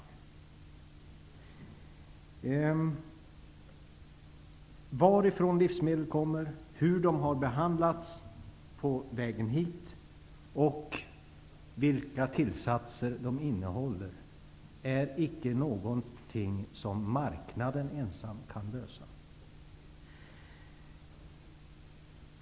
Information om varifrån livsmedel kommer, hur de har behandlats på vägen hit och vilka tillsatser de innehåller är icke någonting som marknaden ensam kan finna lösningar för.